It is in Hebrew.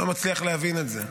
אני לא מצליח להבין את זה,